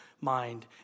mind